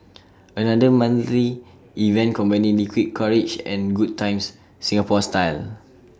another monthly event combining liquid courage and good times Singapore style